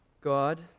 God